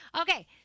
Okay